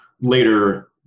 later